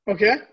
Okay